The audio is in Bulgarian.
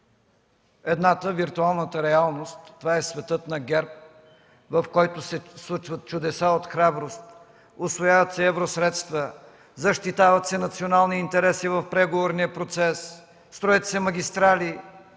Едната – виртуалната реалност, това е светът на ГЕРБ, в който се случват чудеса от храброст. Усвояват се евросредства, защитават се национални интереси в преговорния процес, строят се магистрали,